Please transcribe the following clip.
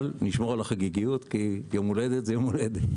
אבל נשמור על החגיגיות כי יום הולדת זה יום הולדת.